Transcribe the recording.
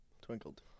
Twinkled